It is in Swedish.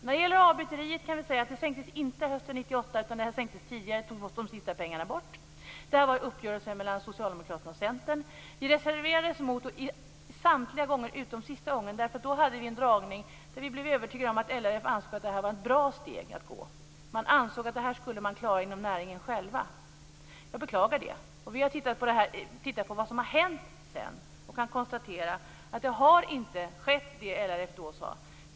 Vad gäller avbytartjänsten vill jag säga att den inte avskaffades hösten 1998. De sista pengarna togs bort tidigare. Det har träffats uppgörelser mellan Socialdemokraterna och Centern om detta. Vi har reserverat oss samtliga gånger utom vid det sista tillfället. Vi blev vid en föredragning övertygade om att LRF ansåg att det var ett bra steg som skulle tas. Man ansåg att man skulle klara det här själv inom näringen. Jag beklagar det. Vi har tittat på vad som sedan har hänt och kan konstatera att det som LRF då sade inte har skett.